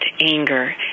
anger